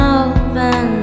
open